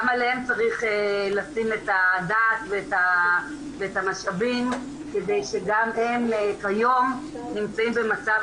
עליהם צריך לשים את הדעת ואת המשאבים כי גם הם כיום נמצאים במצב